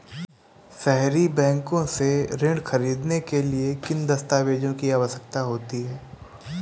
सहरी बैंक से ऋण ख़रीदने के लिए किन दस्तावेजों की आवश्यकता होती है?